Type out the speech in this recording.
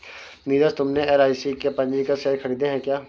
नीरज तुमने एल.आई.सी के पंजीकृत शेयर खरीदे हैं क्या?